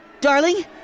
Darling